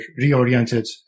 reoriented